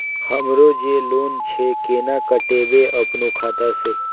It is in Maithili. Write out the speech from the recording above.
हमरो जे लोन छे केना कटेबे अपनो खाता से?